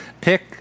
pick